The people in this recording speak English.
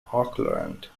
auckland